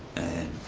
and